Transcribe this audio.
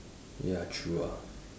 ya true ah